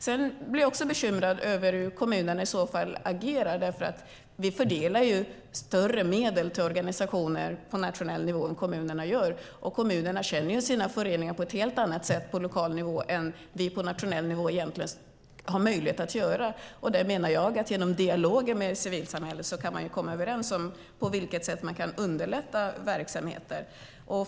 Jag blir bekymrad över hur kommunerna i så fall agerar. Vi fördelar ju större medel till organisationer på nationell nivå än vad kommunerna gör, och kommunerna känner sina föreningar på ett helt annat sätt på lokal nivå än vad vi på nationell nivå har möjlighet att göra. Där menar jag att man genom dialoger med civilsamhället kan komma överens om på vilket sätt man kan underlätta verksamheter.